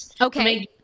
Okay